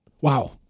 Wow